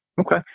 Okay